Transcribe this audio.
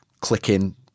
clicking